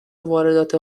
واردات